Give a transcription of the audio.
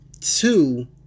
Two